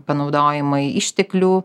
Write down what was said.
panaudojimai išteklių